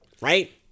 right